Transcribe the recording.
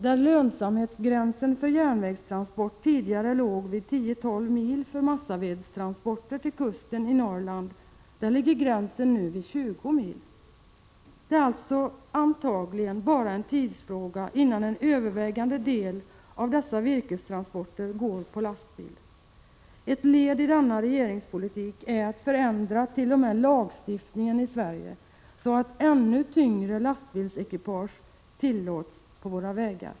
Där ”lönsamhetsgränsen” för järnvägstransport tidigare låg vid 10-12 mil för massavedstransporter till kusten i Norrland, där ligger gränsen nu vid 20 mil. Det är alltså antagligen bara en tidsfråga innan en övervägande del av — Prot. 1986/87:113 virkestransporterna går på lastbil. Ett led i denna regeringspolitik är att 29 april 1987 förändra t.o.m. lagstiftningen i Sverige, så att ännu tyngre lastbilsekipage tillåts på våra vägar.